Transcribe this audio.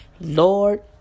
lord